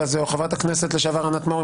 הזה או חברת הכנסת לשעבר ענת מאור,